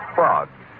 Frogs